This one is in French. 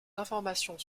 informations